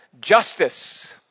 justice